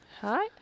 Hi